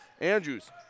Andrews